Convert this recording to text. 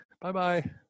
Bye-bye